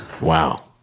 Wow